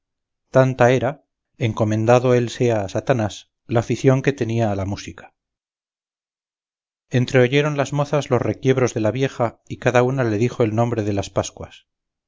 a satanás la afición que tenía a la música entreoyeron las mozas los requiebros de la vieja y cada una le dijo el nombre de las pascuas